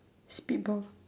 spit ball